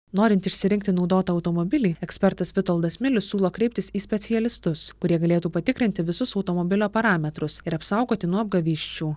norint išsirinkti naudotą automobilį ekspertas vitoldas milius siūlo kreiptis į specialistus kurie galėtų patikrinti visus automobilio parametrus ir apsaugoti nuo apgavysčių